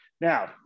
Now